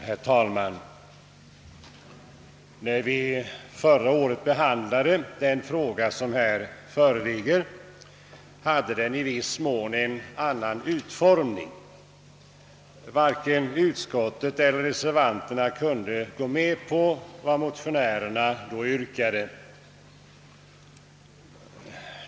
Herr talman! När vi förra året behandlade den fråga som här föreligger hade förslaget i viss mån en annan utformning. Varken utskottet eller reservanterna kunde gå med på vad mo tionärerna då yrkade.